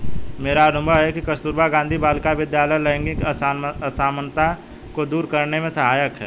मेरा अनुभव है कि कस्तूरबा गांधी बालिका विद्यालय लैंगिक असमानता को दूर करने में सहायक है